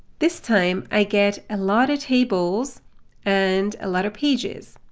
this time, i get a lot of tables and a lot of pages.